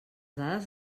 dades